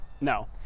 No